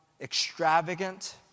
extravagant